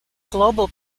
global